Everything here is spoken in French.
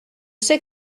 c’est